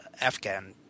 Afghan